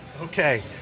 Okay